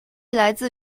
来自